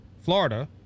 Florida